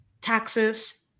taxes